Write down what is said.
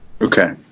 Okay